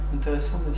intéressant